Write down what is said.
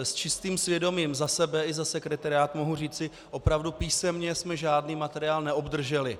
S čistým svědomím za sebe i za sekretariát mohu říci, opravdu písemně jsme žádný materiál neobdrželi.